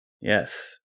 yes